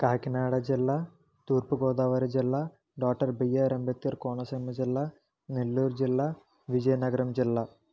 కాకినాడ జిల్లా తూర్పు గోదావరి జిల్లా డాక్టర్ బిఆర్ అంబేద్కర్ కోనసీమ జిల్లా నెల్లూరు జిల్లా విజయనగరం జిల్లా